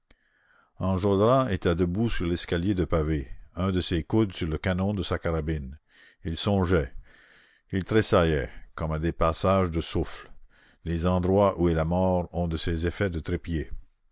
enjolras était debout sur l'escalier de pavés un de ses coudes sur le canon de sa carabine il songeait il tressaillait comme à des passages de souffles les endroits où est la mort ont de ces effets de trépieds